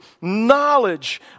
knowledge